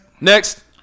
Next